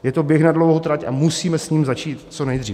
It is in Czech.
Je to běh na dlouhou trať a musíme s tím začít co nejdřív.